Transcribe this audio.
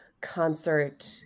concert